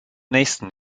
nächsten